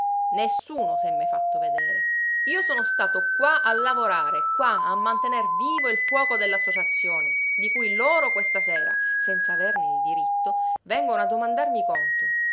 disposizione nessuno s'è mai fatto vedere io sono stato qua a lavorare qua a mantener vivo il fuoco dell'associazione di cui loro questa sera senza averne il diritto vengono a domandarmi conto